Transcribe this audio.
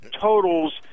totals